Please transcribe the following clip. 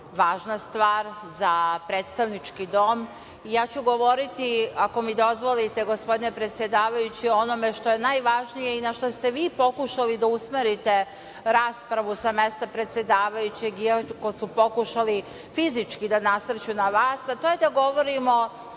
važna stvar za predstavnički dom. Govoriću, ako mi dozvolite, gospodine predsedavajući, o onome što je najvažnije i na šta ste vi pokušali da usmerite raspravu sa mesta predsedavajućeg, iako su pokušali fizički da nasrću na vas, a to je da govorimo